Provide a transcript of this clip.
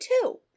two